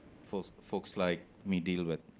folks folks like me deal with.